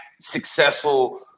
successful